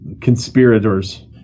conspirators